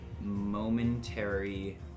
momentary